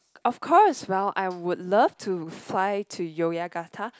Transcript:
of course well I would love to fly to Yogyakarta